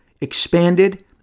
expanded